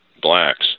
blacks